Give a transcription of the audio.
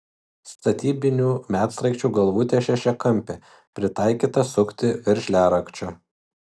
statybinių medsraigčių galvutė šešiakampė pritaikyta sukti veržliarakčiu